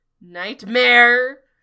Nightmare